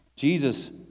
Jesus